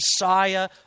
messiah